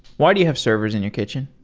why do you have servers in your kitchen?